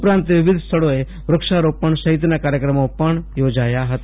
ઉપરાંત વિવિધ સ્થળોએ વૃક્ષારોપણ સહિતના કાર્યક્રમો પણ યોજાયા હત